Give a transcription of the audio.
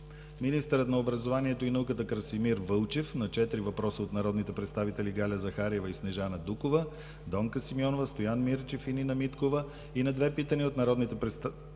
министърът на образованието и науката Красимир Вълчев – на четири въпроса от народните представители Галя Захариева и Снежана Дукова; Донка Симеонова; Стоян Мирчев; и Нина Миткова; и на две питания от народните представители